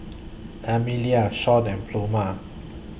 Emelia Shaun and Pluma